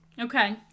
Okay